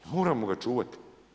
Moramo ga čuvati.